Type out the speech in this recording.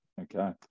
Okay